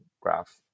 graph